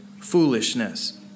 foolishness